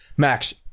Max